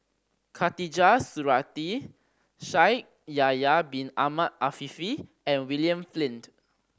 Khatijah Surattee Shaikh Yahya Bin Ahmed Afifi and William Flint